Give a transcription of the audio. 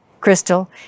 Crystal